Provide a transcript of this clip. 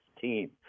team